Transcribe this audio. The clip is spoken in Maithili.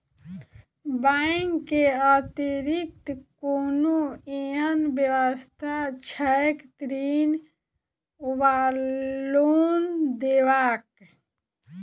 बैंक केँ अतिरिक्त कोनो एहन व्यवस्था छैक ऋण वा लोनदेवाक?